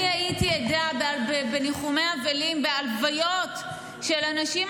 אני הייתי עדה בניחומי אבלים, בהלוויות של אנשים.